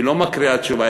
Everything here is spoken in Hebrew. היא לא מקריאה תשובה,